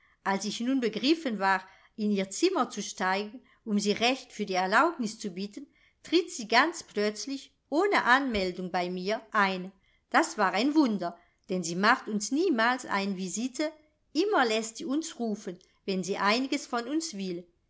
als ich nun begriffen war in ihr zimmer zu steigen um sie recht für die erlaubnis zu bitten tritt sie ganz plötzlich ohne anmeldung bei mir ein das war ein wunder denn sie macht uns niemals ein visite immer läßt sie uns rufen wenn sie einiges von uns will